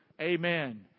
Amen